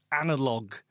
analog